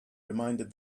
reminded